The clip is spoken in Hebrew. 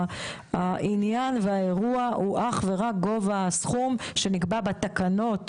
העניין והאירוע הוא אך ורק גובה הסכום שנקבע בתקנות